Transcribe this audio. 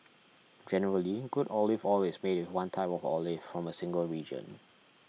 generally good olive oil is made with one type of olive from a single region